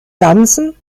ganzen